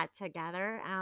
together